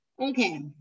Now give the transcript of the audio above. Okay